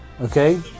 okay